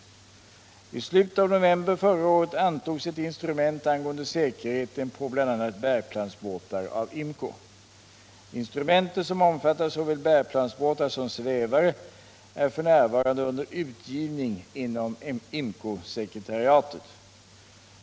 I slutet av november förra året antogs ett instrument angående säkerheten på bl.a. bärplansbåtar av IMCO. Instrumentet, som omfattar såväl bärplansbåtar som svävare, är f. n. under utgivning inom IMCO-sekretariatet.